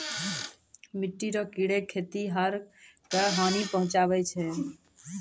मिट्टी रो कीड़े खेतीहर क हानी पहुचाबै छै